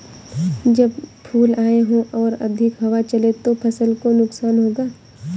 जब फूल आए हों और अधिक हवा चले तो फसल को नुकसान होगा?